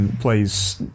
plays